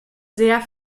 sehr